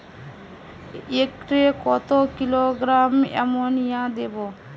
একরে কত kilogram ammonia দেবো?